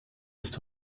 ist